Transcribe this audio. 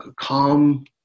calm